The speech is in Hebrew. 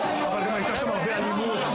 אבל גם הייתה שם הרבה אלימות.